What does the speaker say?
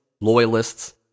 loyalists